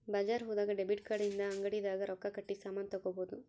ಬಜಾರ್ ಹೋದಾಗ debit card ಇಂದ ಅಂಗಡಿ ದಾಗ ರೊಕ್ಕ ಕಟ್ಟಿ ಸಾಮನ್ ತಗೊಬೊದು